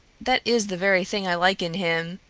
that is the very thing i like in him.